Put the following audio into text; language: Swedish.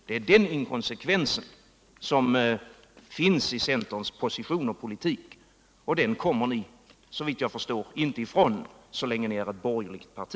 Det är denna inkonsekvens som finns i centerns position och politik och den kommer ni, såvitt jag förstår, inte ifrån så länge ni är ett borgerligt parti.